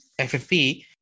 FFP